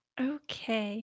Okay